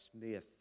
Smith